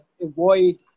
avoid